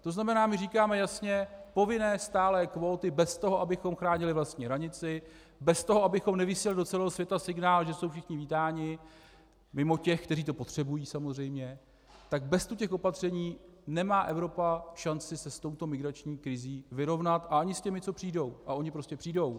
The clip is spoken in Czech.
To znamená, my říkáme jasně povinné stálé kvóty bez toho, abychom chránili vlastní hranici, bez toho, abychom nevysílali do celého světa signál, že jsou všichni vítáni, mimo těch, kteří to potřebují, samozřejmě, tak bez těchto opatření nemá Evropa šanci se s touto migrační krizí vyrovnat a ani s těmi, co přijdou, a oni prostě přijdou.